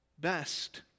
best